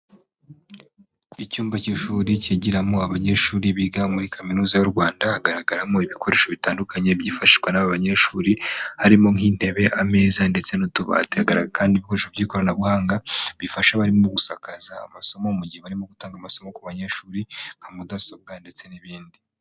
Icyumba cy'ishuri kigiramo abanyeshuri biga muri kaminuza y'u Rwanda, hagaragaramo ibikoresho bitandukanye byifashishwa n'aba banyeshuri harimo nk'intebe, ameza, ndetse n'utubati, hagaragara kandi ibikoresho by'ikoranabuhanga bifasha abarimu gusakaza amasomo mu gihe barimo gutanga amasomo ku banyeshuri nka mudasobwa, ndetse n'ibindi.